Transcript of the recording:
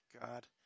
god